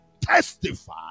testify